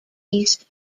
east